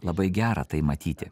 labai gera tai matyti